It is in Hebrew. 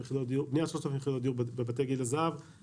בערך 3,000 יחידות דיור בבתי גיל הזהב,